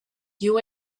you